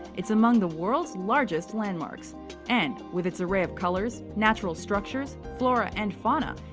it's among the world's largest landmarks and with its array of colors, natural structures, flora and fauna,